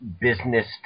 business